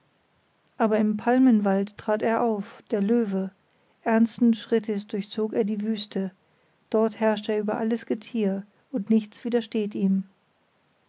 aber im palmenwald trat er auf der löwe ernsten schrittes durchzog er die wüste dort herrscht er über alles getier und nichts widersteht ihm